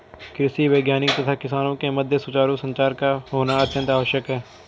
कृषि वैज्ञानिक तथा किसानों के मध्य सुचारू संचार का होना अत्यंत आवश्यक है